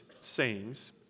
sayings